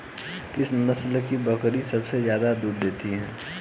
किस नस्ल की बकरी सबसे ज्यादा दूध देती है?